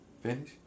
finish